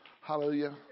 Hallelujah